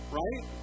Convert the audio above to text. right